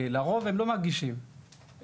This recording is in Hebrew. לרוב הן לא ניגשות להגיש תלונה במשטרה.